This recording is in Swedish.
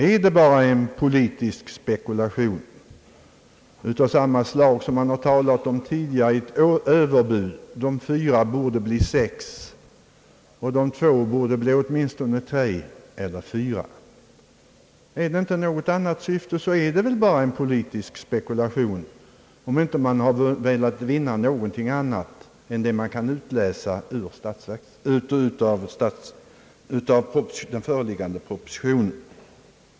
är det bara en politisk spekulation av samma slag som de tidigare överbuden — de fyra åren borde bli sex, och de två åren borde bli åtminstone tre eller fyra år. Är det inte något annat syfte, så är det väl bara en politisk spekulation, såvida man inte har velat någonting annat än det som kan utläsas av den föreliggande propositionen.